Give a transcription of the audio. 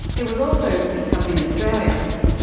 it was also picked up in australia.